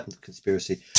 conspiracy